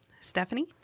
Stephanie